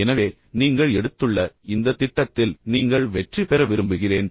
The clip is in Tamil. எனவே நீங்கள் எடுத்துள்ள இந்த திட்டத்தில் நீங்கள் வெற்றி பெற விரும்புகிறேன்